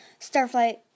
Starflight